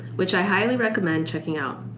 which i highly recommend checking out.